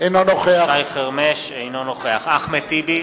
אינו נוכח אחמד טיבי,